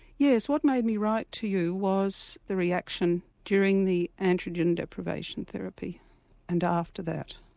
yes, what made me write to you was the reaction during the androgen deprivation therapy and after that.